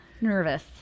nervous